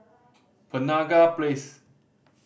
Penaga Place